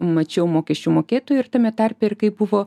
mačiau mokesčių mokėtojų ir tame tarpe ir kaip buvo